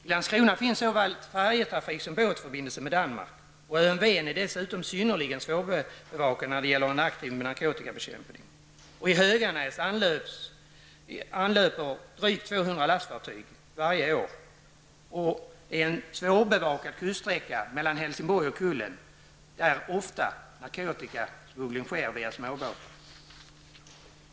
I Landskrona finns såväl färjetrafik som båtförbindelse med Danmark. Ön Ven är dessutom synnerligen svårbevakad när det gäller en aktiv narkotikabekämpning. Drygt 200 lastfartyg anlöper Höganäs varje år, och på den svårbevakade kuststräckan Helsingborg--Kullen sker ofta narkotikasmuggling via småbåtar.